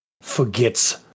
forgets